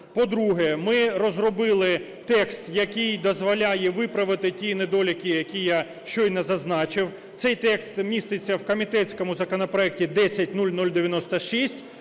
По-друге, ми розробили текст, який дозволяє виправити ті недоліки, які я щойно зазначив, цей текст міститься в комітетському законопроекті 10096